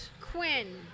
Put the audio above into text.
Quinn